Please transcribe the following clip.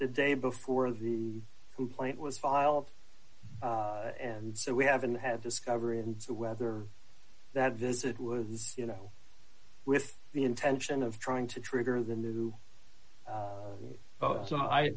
the day before the complaint was filed and so we haven't had discovery and so whether that visit was you know with the intention of trying to trigger the new boat so i